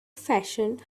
fashioned